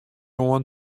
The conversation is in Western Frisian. oan